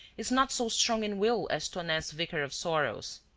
is not so strong in will as taunay's vicar of sorrows.